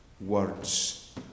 words